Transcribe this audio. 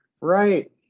right